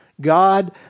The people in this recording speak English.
God